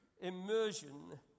immersion